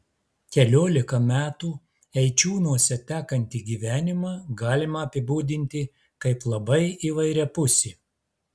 keliolika metų eičiūnuose tekantį gyvenimą galima apibūdinti kaip labai įvairiapusį